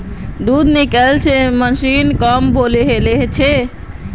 दूध निकलौव्वार मशीन स कम लेबर ने काम हैं जाछेक